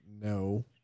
No